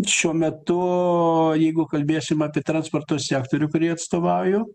šiuo metu jeigu kalbėsim apie transporto sektorių kurį atstovauju